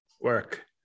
work